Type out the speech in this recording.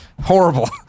Horrible